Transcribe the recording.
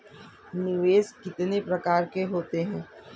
निवेश के कितने प्रकार होते हैं?